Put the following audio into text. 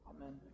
amen